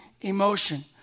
emotion